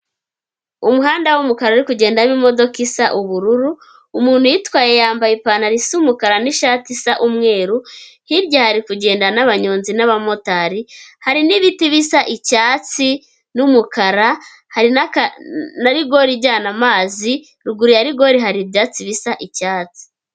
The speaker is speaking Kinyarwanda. Umuhanda w'umukara uri ukugendamo imodoka isa ubururu, umuntu uyitwaye yambaye ipantaro isa umukara n'ishati isa umweruru, hirya hari kugenda n'abanyonzi n'abamotari, hari n'ibiti bisa icyatsi n'umukara, hari na rigori ijyana amazi, ruguru ya rigori hari ibyatsi bisa icyatsi.